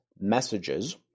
messages